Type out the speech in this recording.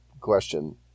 question